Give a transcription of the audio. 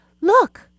Look